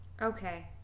Okay